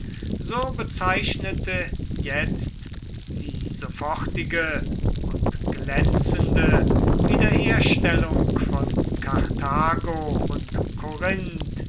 so bezeichnete jetzt die sofortige und glänzende wiederherstellung von karthago und korinth